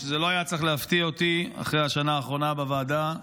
צריך להפתיע אותי אחרי השנה האחרונה בוועדה,